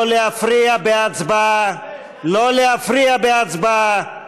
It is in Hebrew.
לא להפריע בהצבעה, לא להפריע בהצבעה.